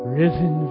risen